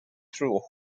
through